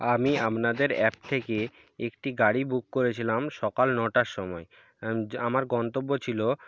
আমি আপনাদের অ্যাপ থেকে একটি গাড়ি বুক করেছিলাম সকাল নটার সময় আমার গন্তব্য ছিল